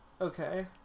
Okay